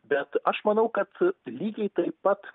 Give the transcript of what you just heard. bet aš manau kad lygiai taip pat